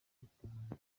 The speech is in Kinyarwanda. gutinda